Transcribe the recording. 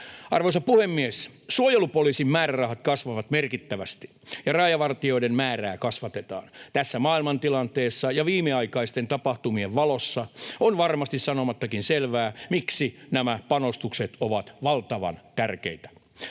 Arvoisa puhemies! Suojelupoliisin määrärahat kasvavat merkittävästi, ja rajavartijoiden määrää kasvatetaan. Tässä maailmantilanteessa ja viimeaikaisten tapahtumien valossa on varmasti sanomattakin selvää, miksi nämä panostukset ovat valtavan tärkeitä.